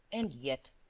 and, yet,